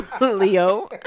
Leo